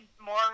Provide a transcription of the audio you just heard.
more